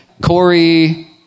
Corey